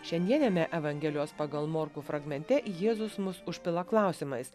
šiandieniame evangelijos pagal morkų fragmente jėzus mus užpila klausimais